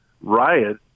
riot